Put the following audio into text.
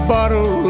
Bottle